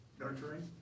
Nurturing